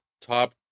top